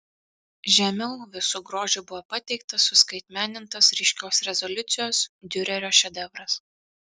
žemiau visu grožiu buvo pateiktas suskaitmenintas ryškios rezoliucijos diurerio šedevras